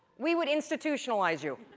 we would institutionalize you.